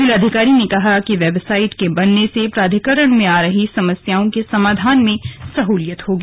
जिलाधिकारी ने कहा कि वेबसाइट के बनने से प्राधिकरण में आ रही समस्याओं का समाधान करने में सह्लियत होगी